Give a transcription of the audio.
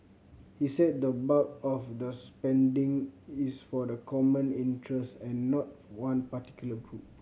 he said the bulk of the spending is for the common interest and not one particular group